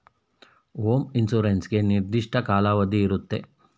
home insurance ಗೆ ನಿರ್ದಿಷ್ಟ ಕಾಲಾವಧಿ ಇರುತ್ತೆ